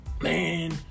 man